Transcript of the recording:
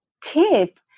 tip